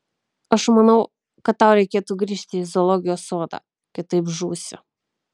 aš manau kad tau reikėtų grįžti į zoologijos sodą kitaip žūsi